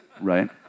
right